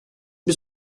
bir